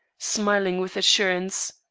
smiling with assurance.